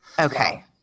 Okay